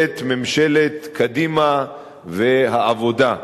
בעת ממשלת קדימה והעבודה.